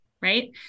right